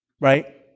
right